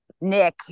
Nick